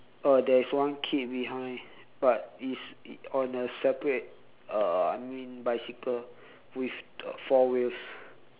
uh there is one kid behind but it's on a separate uh I mean bicycle with the four wheels